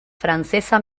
francesa